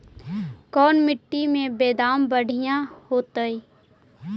कोन मट्टी में बेदाम बढ़िया होतै?